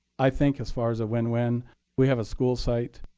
i think as far as a win-win we have a school site.